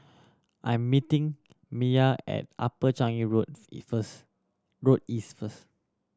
I am meeting Mia at Upper Changi Road first Road East first